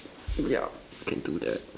yup can do that